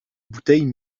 bouteilles